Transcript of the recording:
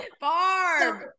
Barb